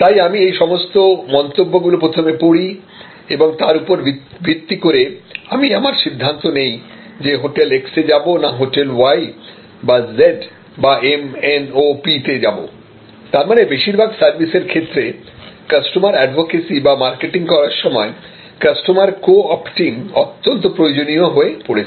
তাই আমি এই সমস্ত মন্তব্যগুলো প্রথমে পড়ি এবং তার ওপরে ভিত্তি করে আমি আমার সিদ্ধান্ত নিই যে হোটেল X এ যাব না হোটেল Y বা Zবা mno p তে যাব তার মানে বেশিরভাগ সার্ভিস এর ক্ষেত্রে কাস্টমার এডভোকেসী বা মার্কেটিং করার সময় কাস্টমার কো অপটিং অত্যন্ত প্রয়োজনীয় হয়ে পড়েছে